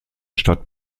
stadt